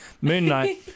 moonlight